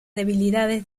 debilidades